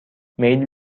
میل